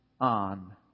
on